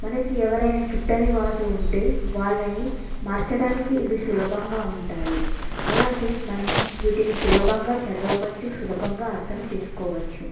మనకు ఎవరైనా గిట్టని వాారు ఉంటే వాళ్ళని మార్చడానికి ఇవి సులభంగా ఉంటాయి అలాగే మనము వీటిని సులభంగా చదవచ్చు సులభంగా అర్థం చేసుకోవచ్చు